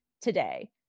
today